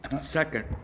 Second